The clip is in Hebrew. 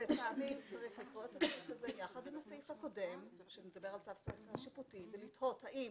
לטעמי צריך לקרוא את זה יחד עם הסעיף הקודם ולראות האם